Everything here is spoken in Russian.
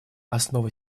основа